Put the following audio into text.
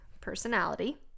personality